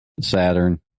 saturn